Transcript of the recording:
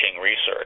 research